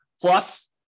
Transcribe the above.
plus